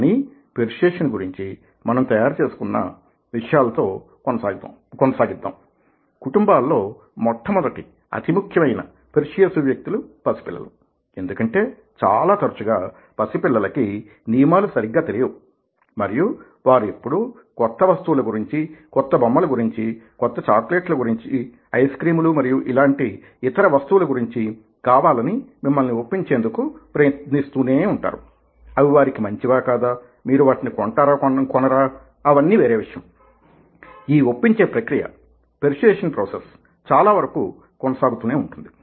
కానీ పెర్సుయేసన్ గురించి మనం తయారు చేసుకున్న విషయాలతో కొనసాగిద్దాం కుటుంబాలలో మొట్టమొదటి అతి ముఖ్యమైన పెర్స్యుయేసివ్ వ్యక్తులు పసిపిల్లలు ఎందుకంటే చాలా తరచుగా పసి పిల్లలకి నియమాలు సరిగ్గా తెలియవు మరియు వారు ఎప్పుడూ కొత్త వస్తువుల గురించి కొత్త బొమ్మల గురించి కొత్త చాక్లెట్ల గురించి ఐస్ క్రీములు మరియు అలాంటి ఇతర వస్తువుల గురించీ కావాలని మిమ్మల్ని ఒప్పించేందుకు ప్రయత్నిస్తూనే ఉంటారు అవి వారికి మంచివా కాదా మీరు వాటిని కొంటారా కొనరా అవన్నీ వేరే విషయం కానీ ఈ ఒప్పించే ప్రక్రియ పెర్సుయేసన్ ప్రోసెస్ చాలా వరకు కొనసాగుతూనే ఉంటుంది